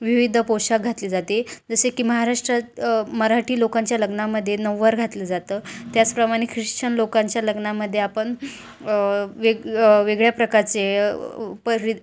विविध पोषाख घातले जाते जसे की महाराष्ट्रात मराठी लोकांच्या लग्नामध्ये नऊवार घातलं जातं त्याचप्रमाणे ख्रिश्चन लोकांच्या लग्नामध्ये आपण वेगवेगळ्या प्रकारचे परि